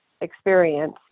experience